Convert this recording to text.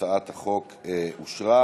ההצעה להעביר את הצעת חוק העונשין (תיקון,